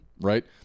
right